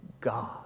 God